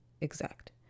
exact